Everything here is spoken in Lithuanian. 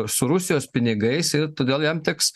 su rusijos pinigais ir todėl jam teks